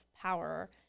power